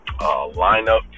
lineup